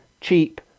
cheap